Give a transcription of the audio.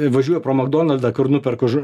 važiuoju pro makdonaldą kur nuperku ž